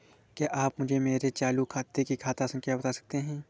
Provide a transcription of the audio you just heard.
क्या आप मुझे मेरे चालू खाते की खाता संख्या बता सकते हैं?